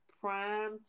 prime